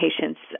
patients